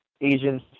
Asian